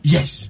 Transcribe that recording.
Yes